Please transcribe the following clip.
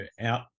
out